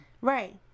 right